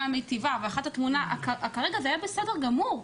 המיטיבה ואחת היא מה שכרגע זה היה בסדר גמור,